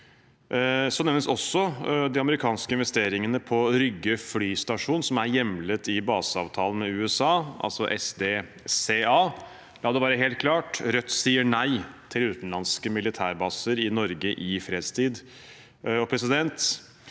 Så nevnes også de amerikanske investeringene på Rygge flystasjon, som er hjemlet i baseavtalen med USA, altså SDCA. La det være helt klart: Rødt sier nei til utenlandske militærbaser i Norge i fredstid.